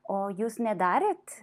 o jūs nedarėt